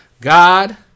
god